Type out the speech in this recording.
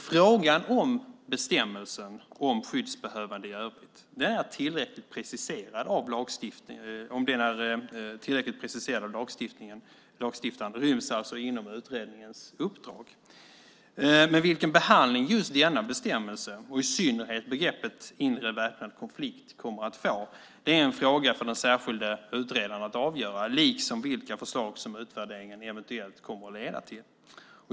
Frågan om bestämmelsen om skyddsbehövande i övrigt är tillräckligt preciserad av lagstiftningen ryms inom utredningens uppdrag, men vilken behandling just denna bestämmelse och i synnerhet begreppet "inre väpnad konflikt" kommer att få är en fråga för den särskilde utredaren att avgöra, liksom vilka förslag som utredningen eventuellt kommer att leda till.